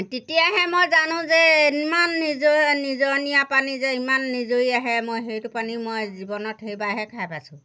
তেতিয়াহে মই জানো যে ইমান নিজনীয়া পানী যে ইমান নিজৰি আহে মই সেইটো পানী মই জীৱনত সেইবাৰহে খাই পাইছোঁ